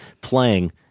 playing